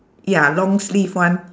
ya long sleeve one